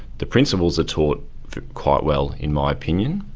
the principles are taught quite well in my opinion.